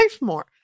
more